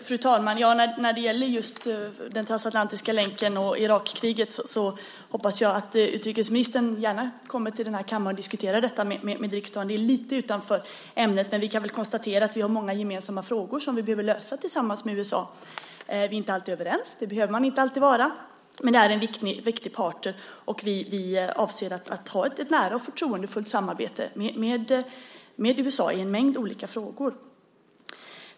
Fru talman! När det gäller just den transatlantiska länken och Irakkriget hoppas jag att utrikesministern gärna kommer till kammaren och diskuterar detta med riksdagen. Det är lite utanför ämnet, men vi kan konstatera att vi har många gemensamma frågor som vi behöver besvara tillsammans med USA. Vi är inte alltid överens. Det behöver man inte alltid vara. Men det är en viktig part, och vi avser att ha ett nära och förtroendefullt samarbete med USA i en mängd olika frågor.